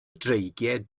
dreigiau